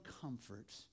comfort